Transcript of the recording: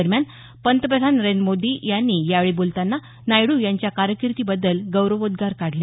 दरम्यान पंतप्रधान नरेंद्र मोदी यांनी यावेळी बोलतांना नायडू यांच्या कारकीर्दीबद्दल गौरवोद्गार काढले